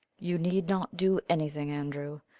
you need not do anything, andrew.